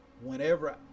whenever